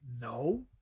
No